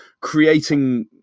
creating